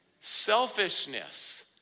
Selfishness